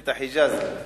רכבת החיג'אז.